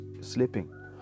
sleeping